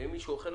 ואם מישהו אוכל,